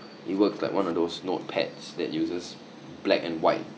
it works like one of those notepads that uses black and white